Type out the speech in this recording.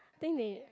think they